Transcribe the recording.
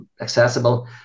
accessible